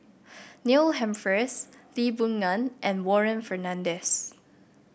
Neil Humphreys Lee Boon Ngan and Warren Fernandez